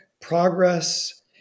progress